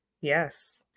Yes